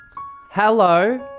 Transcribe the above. Hello